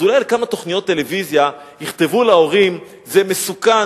אולי על כמה תוכניות טלוויזיה יכתבו להורים: זה מסוכן,